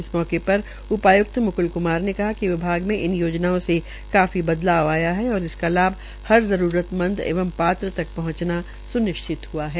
इस मौके पर उपायुक्त म्क्ल क्मार ने कहा कि विभाग मे इन योजनाओं से काफी बदलाव आया है और इसका लाभ जरूरता मंद लोगों एंव पात्र तक पहंचाना सुनिश्चित हुआ है